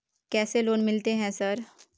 कैसे लोन मिलते है सर?